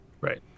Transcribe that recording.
Right